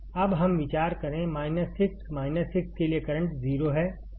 अब हम विचार करें 6 6 के लिए करंट 0 है